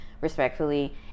respectfully